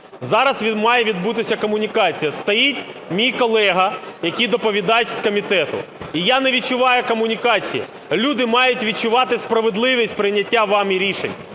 зараз має відбутися комунікація. Стоїть мій колега, який доповідач з комітету, і я не відчуваю комунікації. Люди мають відчувати справедливість прийняття вами рішень,